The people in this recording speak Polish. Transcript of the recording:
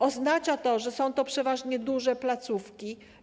Oznacza to, że są to przeważnie duże placówki.